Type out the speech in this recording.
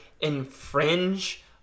infringe